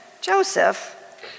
Joseph